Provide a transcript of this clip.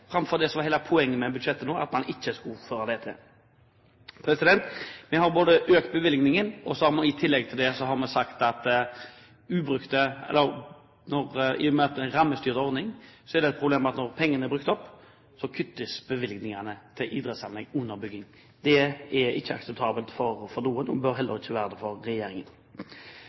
framfor det som var hele poenget med budsjettet nå, at det ikke skulle føre til det. Vi har økt bevilgningen, og i tillegg til det har vi sagt at i og med at det er en rammestyrt ordning, er det et problem at når pengene er brukt opp, kuttes bevilgningene til idrettsanlegg under bygging. Det er ikke akseptabelt for noen og bør heller ikke være det for regjeringen.